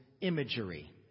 Imagery